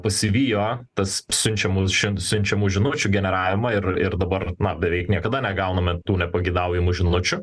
pasivijo tas siunčiamus šian siunčiamų žinučių generavimą ir ir dabar beveik niekada negauname tų nepageidaujamų žinučių